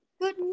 good